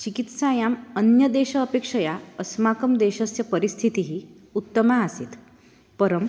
चिकित्सायाम् अन्यदेशस्य अपेक्षया अस्माकं देशस्य परिस्थितिः उत्तमा आसीत् परं